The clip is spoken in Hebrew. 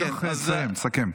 תסכם.